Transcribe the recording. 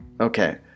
Okay